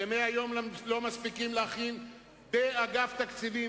ב-100 יום לא מספיקים להכין באגף התקציבים,